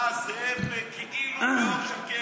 אתה זאב כאילו בעור של כבש.